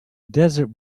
desert